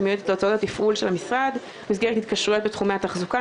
שמיועדת להוצאות התפעול של המשרד במסגרת התקשרויות בתחומי התחזוקה,